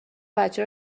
بچه